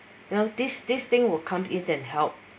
you know this this thing will come in then help